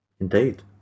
Indeed